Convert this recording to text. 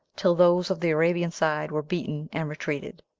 till those of the arabian side were beaten and retreated.